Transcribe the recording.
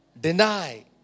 deny